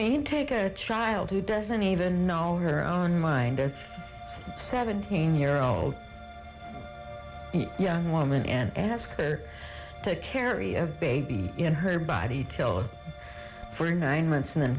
plain take a child who doesn't even know her on mind a seventeen year old young woman and ask her to carry a baby in her body to kill for nine months and then